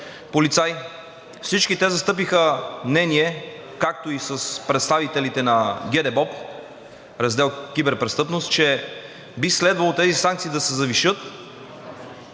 полицаи и всички те застъпиха мнение, както и с представителите на ГДБОП, Раздел „Киберпрестъпност“, че би следвало тези санкции да се завишат.